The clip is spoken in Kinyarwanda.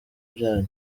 byanyu